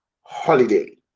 Holiday